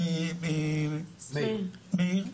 מאיר,